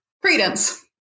credence